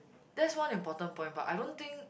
that's one important point but I don't think